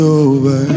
over